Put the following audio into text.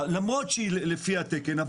למרות שהיא לפי התקן,